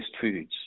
foods